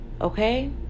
okay